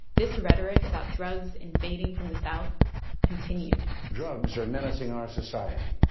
this rhetoric about drugs invading from the south continued drugs are menacing our society.